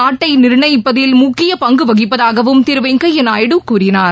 நாட்டை நிர்ணயிப்பதில் முக்கிய பங்கு வகிப்பதாகவும் திரு வெங்கையா நாயடு கூறினார்